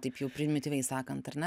taip jau primityviai sakant ar ne